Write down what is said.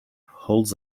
holds